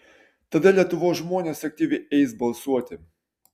tada lietuvos žmonės aktyviai eis balsuoti